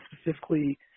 specifically